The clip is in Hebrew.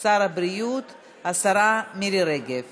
שחרור ירושלים